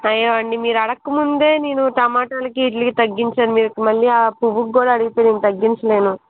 లేదండి మీరు అడగకముందే నేను టొమాటోలకీ విటిలికి తగ్గించాను మీకు మళ్ళీ పువ్వుకు కూడా అడిగితే నేను తగ్గించలేను